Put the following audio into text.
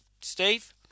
Steve